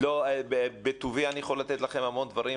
לא, אין זמן.